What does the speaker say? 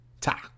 Ta